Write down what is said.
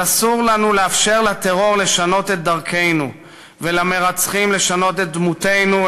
אבל אסור לנו לאפשר לטרור לשנות את דרכנו ולמרצחים לשנות את דמותנו,